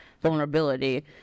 vulnerability